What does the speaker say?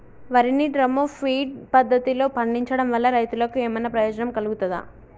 వరి ని drum feed పద్ధతిలో పండించడం వల్ల రైతులకు ఏమన్నా ప్రయోజనం కలుగుతదా?